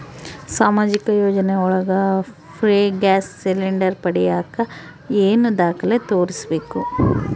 ಸಾಮಾಜಿಕ ಯೋಜನೆ ಒಳಗ ಫ್ರೇ ಗ್ಯಾಸ್ ಸಿಲಿಂಡರ್ ಪಡಿಯಾಕ ಏನು ದಾಖಲೆ ತೋರಿಸ್ಬೇಕು?